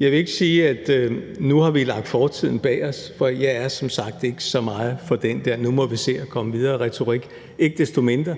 jeg vil ikke sige, at vi nu har lagt fortiden bag os, for jeg er som sagt ikke så meget for den der nu må vi se at komme videre-retorik. Ikke desto mindre